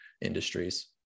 industries